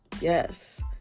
yes